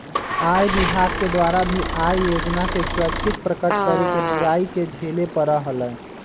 आय विभाग के द्वारा भी आय योजना के स्वैच्छिक प्रकट करे के बुराई के झेले पड़ा हलय